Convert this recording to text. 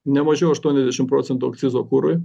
ne mažiau aštuoniasdešim procentų akcizo kurui